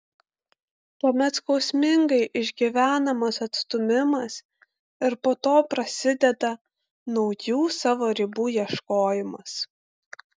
tuomet skausmingai išgyvenamas atstūmimas ir po to prasideda naujų savo ribų ieškojimas